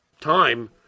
time